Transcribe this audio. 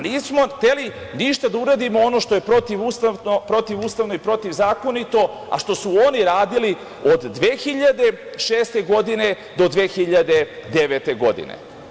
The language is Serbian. Nismo hteli ništa da uradimo ono što je protivustavno i protivzakonito, a što su oni radili od 2006. godine do 2009. godine.